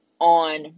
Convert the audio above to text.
on